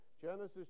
Genesis